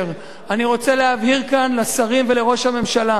אני רוצה להבהיר כאן לשרים ולראש הממשלה: מי